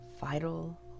vital